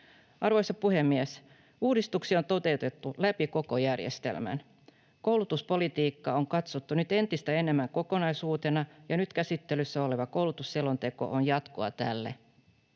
Arvoisa puhemies! Uudistuksia on toteutettu läpi koko järjestelmän. Koulutuspolitiikkaa on katsottu nyt entistä enemmän kokonaisuutena, ja nyt käsittelyssä oleva koulutusselonteko on jatkoa tälle.